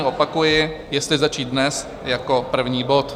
Opakuji, jestli začít dnes jako první bod.